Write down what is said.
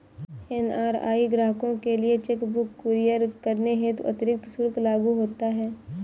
NRI ग्राहकों के लिए चेक बुक कुरियर करने हेतु अतिरिक्त शुल्क लागू होता है